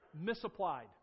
misapplied